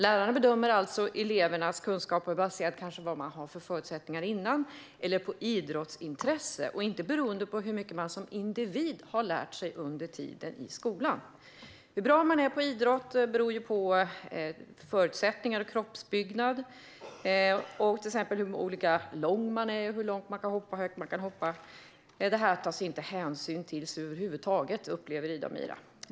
Lärarna bedömer alltså elevernas kunskap baserat på förutsättningar eller idrottsintresse och inte baserat på hur mycket man som individ har lärt sig under tiden i skolan. Hur bra man är på idrott beror ju på förutsättningar och kroppsbyggnad. Till exempel påverkar längden hur långt och hur högt man kan hoppa. Detta tas det inte hänsyn till över huvud taget, upplever Ida och Mira.